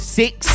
six